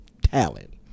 talent